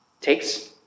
takes